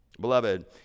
beloved